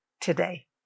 today